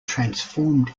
transformed